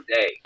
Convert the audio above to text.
day